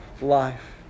life